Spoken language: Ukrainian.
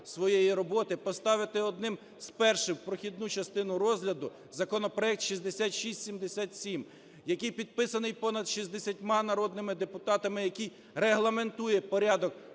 своєї роботи, поставити одним з перших, в прохідну частину розгляду, законопроект 6677, який підписаний понад 60 народними депутатами, який регламентує порядок